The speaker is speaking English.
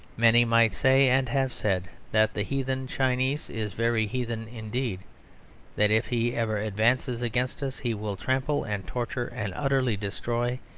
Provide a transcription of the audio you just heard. many might say, and have said, that the heathen chinee is very heathen indeed that if he ever advances against us he will trample and torture and utterly destroy,